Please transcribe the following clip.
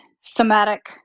somatic